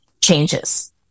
changes